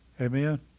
Amen